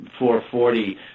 440